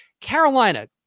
Carolina